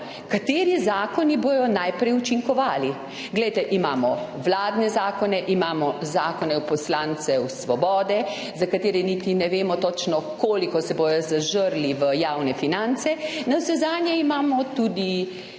kateri zakoni bodo najprej učinkovali. Glejte, imamo vladne zakone, imamo zakone poslancev Svobode, za katere niti ne vemo točno, koliko se bodo zažrli v javne finance, navsezadnje imamo tudi